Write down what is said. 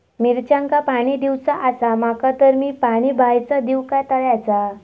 मिरचांका पाणी दिवचा आसा माका तर मी पाणी बायचा दिव काय तळ्याचा?